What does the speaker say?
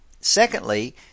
Secondly